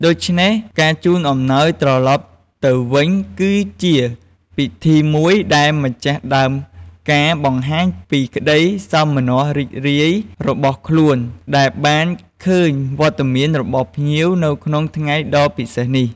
ដូច្នេះ ការជូនអំណោយត្រឡប់ទៅវិញ គឺជាវិធីមួយដែលម្ចាស់ដើមការបង្ហាញពីក្តីសោមនស្សរីករាយរបស់ខ្លួន ដែលបានឃើញវត្តមានរបស់ភ្ញៀវនៅក្នុងថ្ងៃដ៏ពិសេសនេះ។